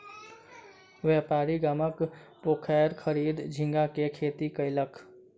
व्यापारी गामक पोखैर खरीद झींगा के खेती कयलक